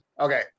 okay